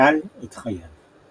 נטל את חייו.